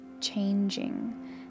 changing